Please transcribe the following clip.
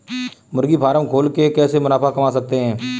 मुर्गी फार्म खोल के कैसे मुनाफा कमा सकते हैं?